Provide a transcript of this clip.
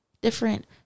different